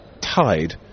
tied